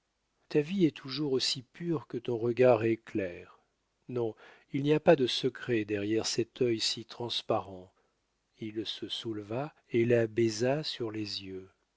ta vie est toujours aussi pure que ton regard est clair non il n'y a pas de secret derrière cet œil si transparent il se souleva et la baisa sur les yeux